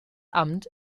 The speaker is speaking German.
amt